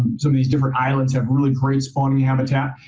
some of these different islands have really great spawning habitat.